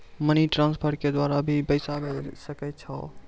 Money transfer के द्वारा भी पैसा भेजै सकै छौ?